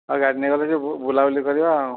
ଆଉ ଗାଡ଼ି ନେଇଗଲେ ଟିକେ ବୁଲାବୁଲି କରିବା ଆଉ